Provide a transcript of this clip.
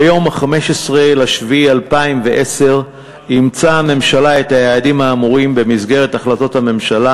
ב-15 ביולי 2010 אימצה הממשלה את היעדים האמורים במסגרת החלטת הממשלה